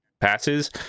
passes